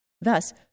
Thus